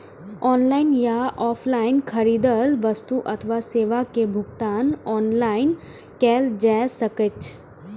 online या offline खरीदल वस्तु अथवा सेवा के भुगतान ऑनलाइन कैल जा सकैछ